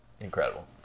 Incredible